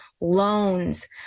loans